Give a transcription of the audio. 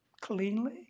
cleanly